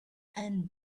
and